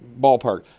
ballpark